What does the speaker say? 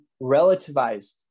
relativized